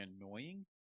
annoying